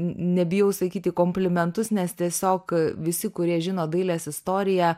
nebijau sakyti komplimentus nes tiesiog visi kurie žino dailės istoriją